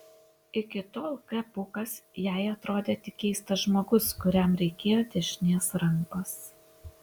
iki tol k pūkas jai atrodė tik keistas žmogus kuriam reikėjo dešinės rankos